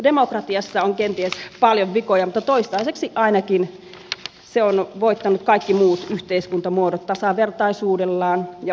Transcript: demokratiassa on kenties paljon vikoja mutta ainakin toistaiseksi se on voittanut kaikki muut yhteiskuntamuodot tasavertaisuudellaan ja oikeudenmukaisuudellaan